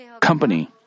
company